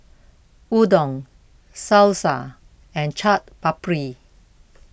Udon Salsa and Chaat Papri